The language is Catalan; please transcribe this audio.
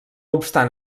obstant